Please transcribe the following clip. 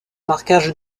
marquage